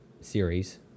series